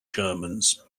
germans